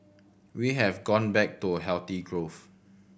we have gone back to healthy growth